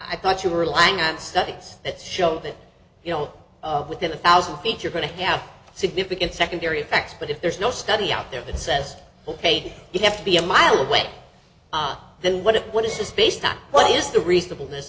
i thought you were relying on studies that show that you know within a thousand feet you're going to have significant secondary effects but if there's no study out there that says ok did you have to be a mile away then what if what is this based on what is the reasonable